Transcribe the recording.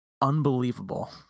unbelievable